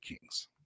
Kings